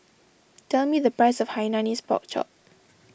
tell me the price of Hainanese Pork Chop